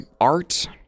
art